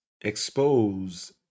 expose